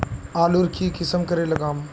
आलूर की किसम करे लागम?